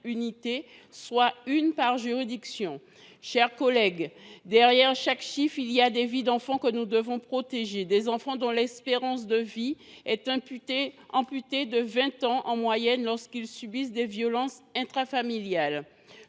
soit une par juridiction. Mes chers collègues, derrière chaque chiffre, il y a des vies d’enfants que nous devons protéger, des enfants dont l’espérance de vie est amputée de vingt ans en moyenne lorsqu’ils subissent des violences intrafamiliales